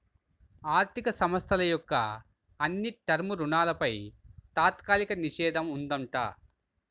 ఆర్ధిక సంస్థల యొక్క అన్ని టర్మ్ రుణాలపై తాత్కాలిక నిషేధం ఉందంట